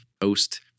post